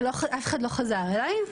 אבל אף אחד לא חזר אליי.